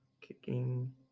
kicking